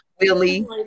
Willie